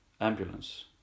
Ambulance